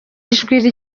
ijwi